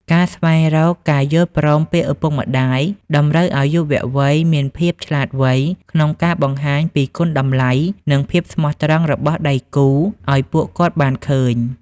ការស្វែងរកការយល់ព្រមពីឪពុកម្ដាយ តម្រូវឱ្យយុវវ័យមានភាពឆ្លាតវៃក្នុងការបង្ហាញពីគុណតម្លៃ និងភាពស្មោះត្រង់របស់ដៃគូឱ្យពួកគាត់បានឃើញ។